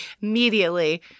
Immediately